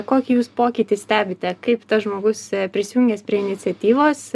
kokį jūs pokytį stebite kaip tas žmogus prisijungęs prie iniciatyvos